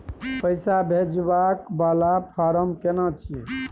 पैसा भेजबाक वाला फारम केना छिए?